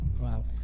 Wow